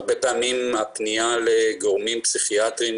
הרבה פעמים הפניה לגורמים פסיכיאטרים